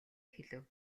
хэлэв